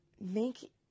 Make